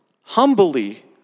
humbly